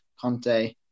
Conte